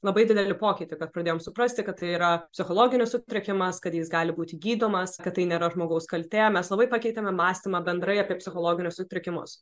labai didelį pokytį kad pradėjom suprasti kad tai yra psichologinis sutrikimas kad jis gali būti gydomas kad tai nėra žmogaus kaltė mes labai pakeitėme mąstymą bendrai apie psichologinius sutrikimus